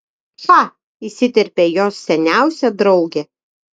cha įsiterpė jos seniausia draugė